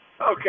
Okay